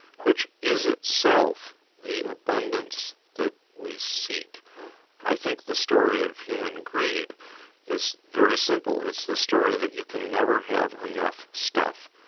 which is itself the abundance that we seek i think the story of human greed is very simple. it's the story that you can never have enough stuff.